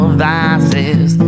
vices